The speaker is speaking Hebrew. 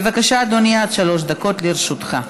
בבקשה, אדוני, עד שלוש דקות לרשותך.